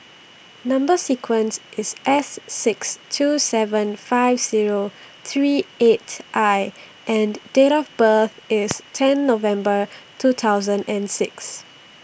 Number sequence IS S six two seven five Zero three eight I and Date of birth IS ten November two thousand and six